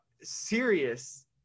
serious